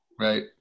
Right